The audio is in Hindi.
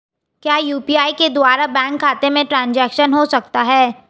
क्या यू.पी.आई के द्वारा बैंक खाते में ट्रैन्ज़ैक्शन हो सकता है?